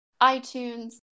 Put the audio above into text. iTunes